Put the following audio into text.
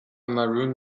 maroon